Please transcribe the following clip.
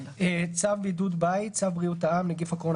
""צו בידוד בית" צו בריאות העם (נגיף הקורונה